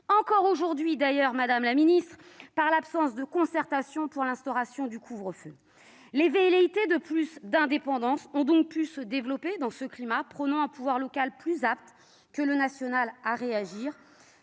encore aujourd'hui, madame la ministre, face à l'absence de concertation pour l'instauration du couvre-feu. Des velléités d'indépendance accrue ont donc pu se développer dans ce climat prônant un pouvoir local plus apte que le national à réagir.